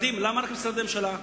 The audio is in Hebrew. למה רק במשרדי הממשלה?